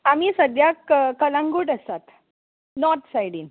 आमी सद्याक कलांगूट आसात नॉर्थ सायडीन